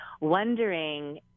wondering